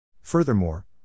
Furthermore